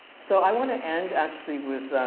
so i wanna end, actually, with